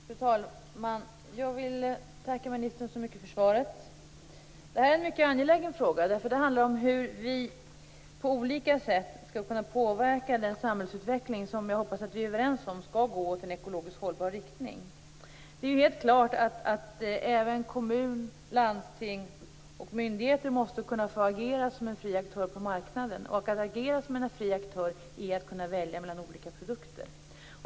Fru talman! Jag vill tacka ministern så mycket för svaret. Detta är en mycket angelägen fråga, eftersom den handlar om hur vi på olika sätt skall kunna påverka den samhällsutveckling som jag hoppas att vi är överens om skall gå i en ekologiskt hållbar riktning. Det är helt klart att även kommuner, landsting och myndigheter måste kunna få agera som fria aktörer på marknaden, och att agera som fria aktörer är att kunna välja mellan olika produkter.